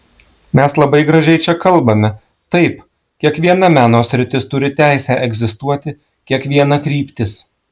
mes labai gražiai čia kalbame taip kiekviena meno sritis turi teisę egzistuoti kiekviena kryptis